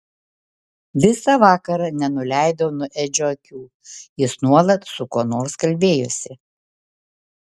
visą vakarą nenuleidau nuo edžio akių jis nuolat su kuo nors kalbėjosi